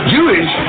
Jewish